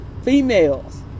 Females